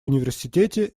университете